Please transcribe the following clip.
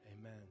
amen